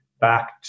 back